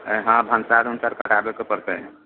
हँ हँ भनसार उनसार कराबैके पड़तै